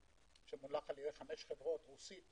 שעל-ידי חמש חברות רוסית,